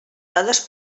dades